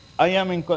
i am in